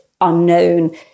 unknown